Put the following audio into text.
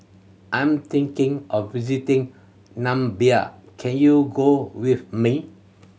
I am thinking of visiting Namibia can you go with me